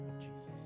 Jesus